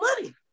money